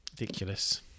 Ridiculous